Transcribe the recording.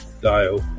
Dial